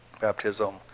Baptism